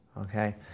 okay